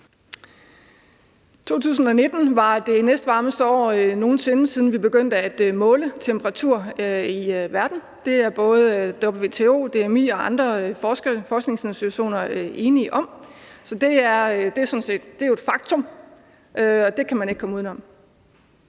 2019 var det næstvarmeste år nogen sinde, siden vi begyndte at måle temperaturer i verden. Det er både WTO, DMI og andre forskningsinstitutioner enige om. Så det er jo sådan set et faktum, og det kan man ikke komme uden om.